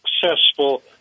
successful